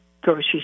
groceries